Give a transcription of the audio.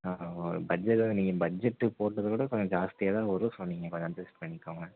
ஆ ஒரு பஜ்ஜட்டு நீங்கள் பட்ஜட்டு போட்டதை விட கொஞ்சம் ஜாஸ்த்தியாக தான் வரும் ஸோ நீங்கள் கொஞ்சம் அட்ஜஸ் பண்ணிக்கோங்க